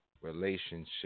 relationship